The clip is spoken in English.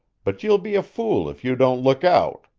but you'll be a fool if you don't look out.